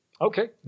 Okay